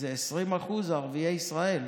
איזה 20% ערביי ישראל.